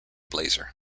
blazer